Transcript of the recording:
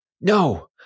no